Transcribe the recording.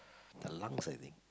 the lungs I think